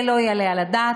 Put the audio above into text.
זה לא יעלה על הדעת.